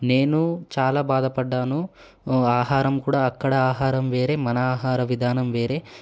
నేను చాలా బాధపడ్డాను ఆహారం కూడా అక్కడ ఆహారం వేరే మన ఆహార విధానం వేరే